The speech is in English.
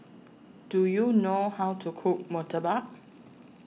Do YOU know How to Cook Murtabak